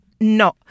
no